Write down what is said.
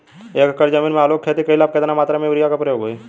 एक एकड़ जमीन में आलू क खेती कइला पर कितना मात्रा में यूरिया क प्रयोग होई?